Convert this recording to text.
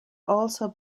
also